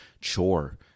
chore